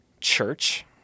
church